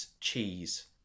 cheese